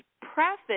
preface